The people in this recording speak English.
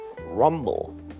Rumble